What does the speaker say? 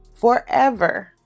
forever